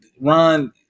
Ron